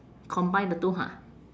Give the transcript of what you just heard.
combine the two ha